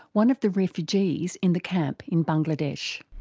one of the refugees in the camp in bangladesh.